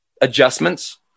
adjustments